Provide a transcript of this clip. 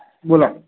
बोला